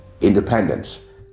independence